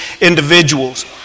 individuals